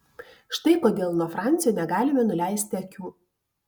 štai kodėl nuo fransio negalime nuleisti akių